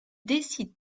décide